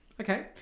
Okay